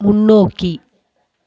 முன்னோக்கி